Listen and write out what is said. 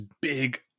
big